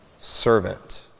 servant